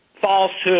falsehood